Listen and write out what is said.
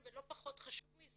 ולא פחות חשוב מזה,